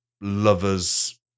lovers